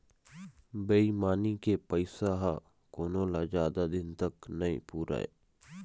बेईमानी के पइसा ह कोनो ल जादा दिन तक नइ पुरय